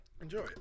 Enjoy